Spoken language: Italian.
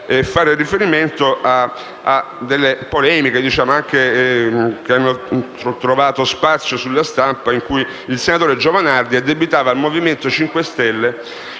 fare riferimento a delle polemiche, che hanno trovato spazio anche sulla stampa, in cui il senatore Giovanardi addebitava al Movimento 5 Stelle